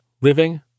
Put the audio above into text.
living